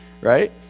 right